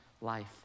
life